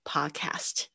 Podcast 。